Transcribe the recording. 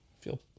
feel